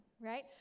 right